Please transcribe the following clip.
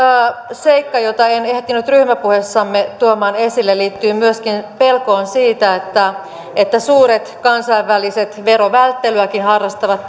seikka jota en ehtinyt ryhmäpuheessamme tuomaan esille liittyy myöskin pelkoon siitä että että suuret kansainväliset verovälttelyäkin harrastavat